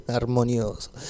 armonioso